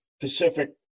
Pacific